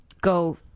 go